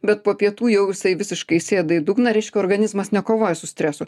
bet po pietų jau jisai visiškai sėda į dugną reiškia organizmas nekovoja su stresu